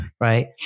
right